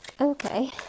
Okay